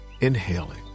inhaling